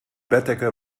bettdecke